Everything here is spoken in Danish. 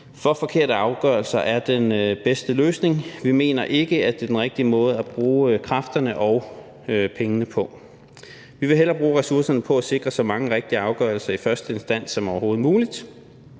for forkerte afgørelser er den bedste løsning. Vi mener ikke, at det er den rigtige måde at bruge kræfterne og pengene på. Vi vil hellere bruge ressourcerne på at sikre så mange rigtige afgørelser i første instans som overhovedet muligt,